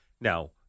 Now